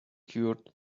cured